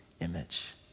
image